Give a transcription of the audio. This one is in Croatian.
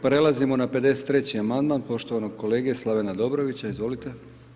Prelazimo na 53. amandman poštovanog kolege Slavena Dobrovića, izvolite.